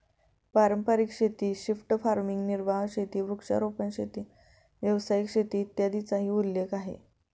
पारंपारिक शेती, shift farming, निर्वाह शेती, वृक्षारोपण शेती, व्यावसायिक शेती, इत्यादींचाही उल्लेख आहे